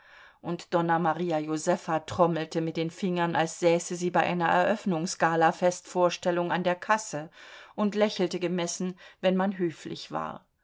und donna maria josefa trommelte mit den fingern als säße sie bei einer eröffnungs gala festvor stellung an der kasse und lächelte gemessen wenn man höflich war